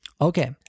okay